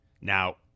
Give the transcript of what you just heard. Now